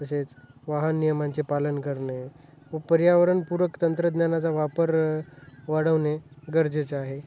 तसेच वाहन नियमांचे पालन करणे व पर्यावरणपूरक तंत्रज्ञानाचा वापर वाढवणे गरजेचं आहे